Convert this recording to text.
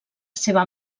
seva